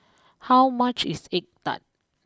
how much is Egg Tart